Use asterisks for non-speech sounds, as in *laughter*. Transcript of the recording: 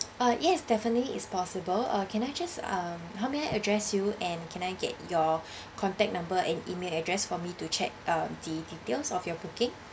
uh yes definitely is possible uh can I just um how may I address you and can I get your *breath* contact number and email address for me to check um the details of your booking